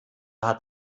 hat